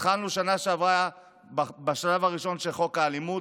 התחלנו בשנה שעברה בשלב הראשון של חוק האלימות.